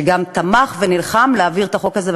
שגם הוא תמך ונלחם על העברת החוק הזה,